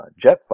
Jetfire